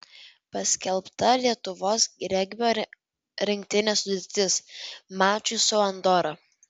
paskelbta lietuvos regbio rinktinės sudėtis mačui su andora